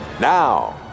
Now